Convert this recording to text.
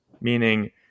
meaning